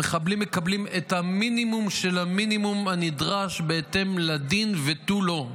המחבלים מקבלים את המינימום של המינימום שנדרש בהתאם לדין ותו לא.